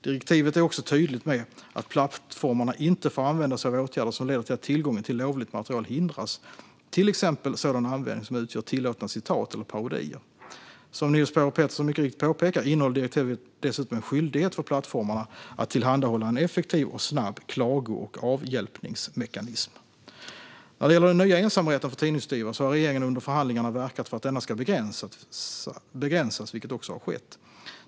Direktivet är också tydligt med att plattformarna inte får använda sig av åtgärder som leder till att tillgången till lovligt material hindras, till exempel sådan användning som utgör tillåtna citat eller parodier. Som Niels Paarup-Petersen mycket riktigt påpekar innehåller direktivet dessutom en skyldighet för plattformarna att tillhandahålla en effektiv och snabb klago och avhjälpningsmekanism. När det gäller den nya ensamrätten för tidningsutgivare har regeringen under förhandlingarna verkat för att denna ska begränsas, vilket också har skett.